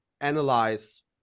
analyze